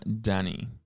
Danny